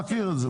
מכיר את זה.